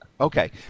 Okay